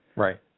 Right